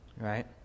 right